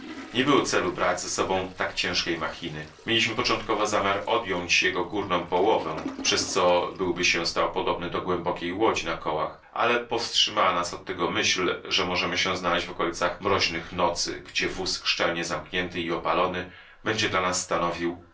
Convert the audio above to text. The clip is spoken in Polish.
nie było celu brać ze sobą tak ciężkiej machiny mieliśmy początkowo zamiar odjąć jego górną połowę przez co byłby się stał podobny do głębokiej łodzi na kołach ale powstrzymała nas od tego myśl że możemy się znaleść w okolicach mroźnych nocy gdzie wóz szczelnie zamknięty i opalony będzie dla nas stanowił